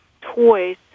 toys